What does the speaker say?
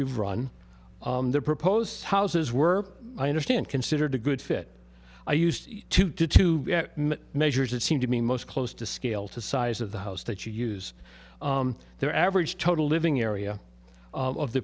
you've run the proposed houses were i understand considered a good fit i used to do two measures that seem to me most close to scale to size of the house that you use their average total living area of the